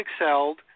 excelled